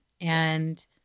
And-